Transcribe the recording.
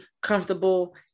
comfortable